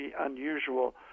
unusual